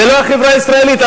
זה לא החברה הישראלית.